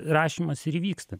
rašymas ir įvyksta